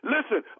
Listen